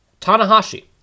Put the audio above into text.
Tanahashi